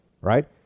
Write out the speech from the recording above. Right